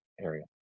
area